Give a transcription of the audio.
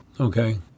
Okay